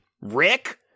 Rick